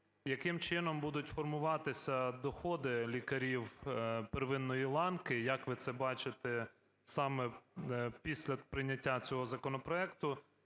Яким чином будуть формуватися доходи лікарів первинної ланки, як ви це бачите саме після прийняття цього законопроекту?